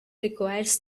requires